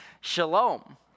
shalom